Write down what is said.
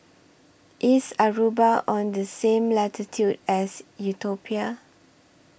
IS Aruba on The same latitude as Ethiopia